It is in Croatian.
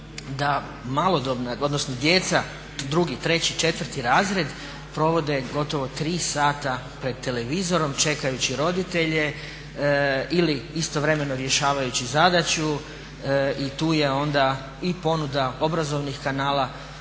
i u izvješću da djeca 2., 3., 4.razred provode gotovo tri sata pred televizorom čekajući roditelje ili istovremeno rješavajući zadaću i tu je onda i ponuda obrazovnih kanala